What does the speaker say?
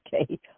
okay